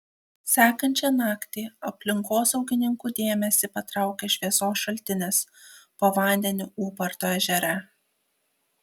sekančią naktį aplinkosaugininkų dėmesį patraukė šviesos šaltinis po vandeniu ūparto ežere